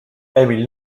emil